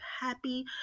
happy